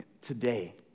today